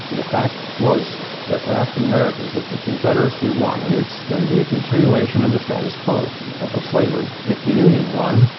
the fact was that for african americans, if the confederacy won, and it's going to be a continuation of the status quo of slavery. if the union won,